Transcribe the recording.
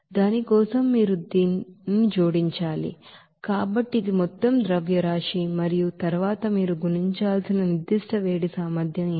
దాని కోసం మీరు దానిని జోడించాలి కాబట్టి ఇది మీ మొత్తం ಮಾಸ್ ಫ್ಲೋ ರೇಟ್ మరియు తరువాత మీరు గుణించాల్సిన స్పెసిఫిక్ హీట్ కెపాసిటీ ఏమిటి